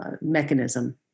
mechanism